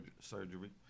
surgery